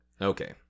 Okay